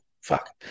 Fuck